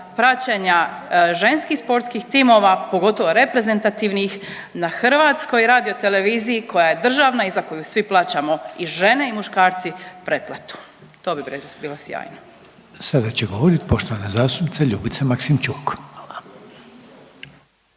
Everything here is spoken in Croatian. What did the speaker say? praćenja ženskih sportskih timova pogotovo reprezentativnih na HRT-u koja je državna i za koju svi plaćamo i žene i muškarci pretplatu. To bi bilo sjajno. **Reiner, Željko (HDZ)** Sada će govorit poštovana zastupnica Ljubica Maksimčuk.